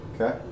Okay